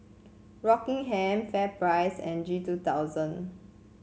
Rockingham FairPrice and G two thousand